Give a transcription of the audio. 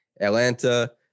Atlanta